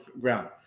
ground